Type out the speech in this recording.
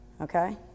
Okay